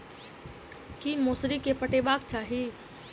की मौसरी केँ पटेबाक चाहि?